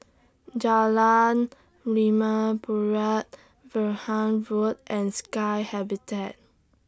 Jalan Limau Purut Vaughan Road and Sky Habitat